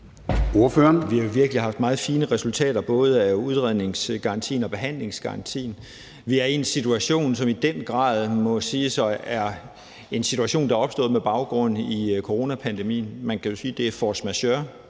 Vi har jo virkelig haft meget fine resultater, både af udredningsgarantien og behandlingsgarantien. Vi er i en situation, som i den grad må siges at være en situation, der er opstået på baggrund af coronapandemien. Man kan jo sige, det er force majeure.